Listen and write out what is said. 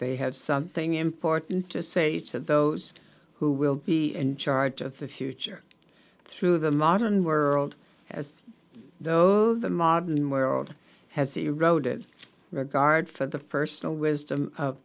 they have something important to say to those who will be in charge of the future through the modern world as though the modern world has eroded regard for the first the wisdom of